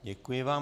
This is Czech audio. Děkuji vám.